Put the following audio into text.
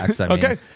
Okay